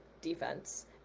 defense